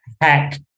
hack